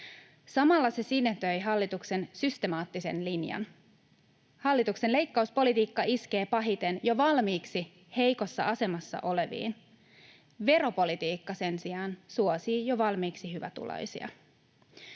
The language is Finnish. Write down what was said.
Samalla se sinetöi hallituksen systemaattisen linjan. Hallituksen leikkauspolitiikka iskee pahiten jo valmiiksi heikossa asemassa oleviin. Veropolitiikka sen sijaan suosii jo valmiiksi hyvätuloisia.